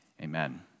Amen